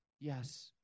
Yes